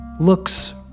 looks